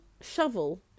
Shovel